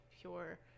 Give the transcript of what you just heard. pure